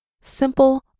simple